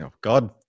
god